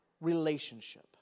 relationship